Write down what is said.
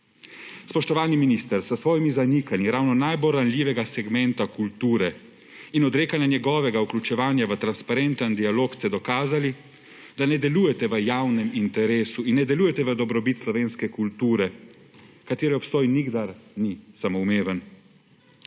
Spoštovani minister! S svojimi zanikanji ravno najbolj ranljivega segmenta kulture in odrekanja njegovega vključevanja v transparenten dialog ste dokazali, da ne delujete v javnem interesu in ne delujete v dobrobit slovenske kulture, katere obstoj nikdar ni samoumeven.